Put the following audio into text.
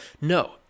No